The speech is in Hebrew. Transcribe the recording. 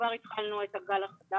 וכבר התחלנו את הגל החדש.